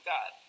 God